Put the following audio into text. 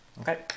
Okay